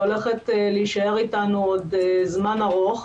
היא הולכת להישאר איתנו עוד זמן ארוך,